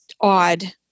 odd